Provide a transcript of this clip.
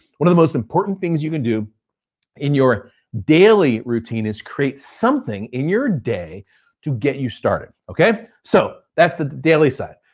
one of the most important things you can do in your daily routine is create something in your day to get you started. so that's the daily side.